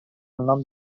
nom